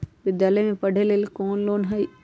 विद्यालय में पढ़े लेल कौनो लोन हई?